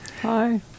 Hi